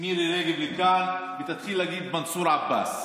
מירי רגב לכאן ותתחיל להגיד "מנסור עבאס".